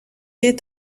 est